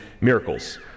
miracles